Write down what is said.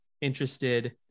interested